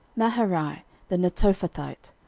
maharai the netophathite,